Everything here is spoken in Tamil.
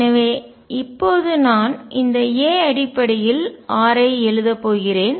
எனவே இப்போது நான் இந்த a அடிப்படையில் r ஐ எழுத போகிறேன்